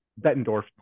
Bettendorf